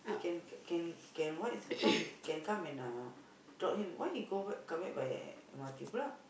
can can can what is it called can come and uh drop him why he go come back by M_R_T